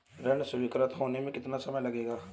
ऋण स्वीकृत होने में कितना समय लगेगा?